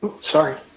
Sorry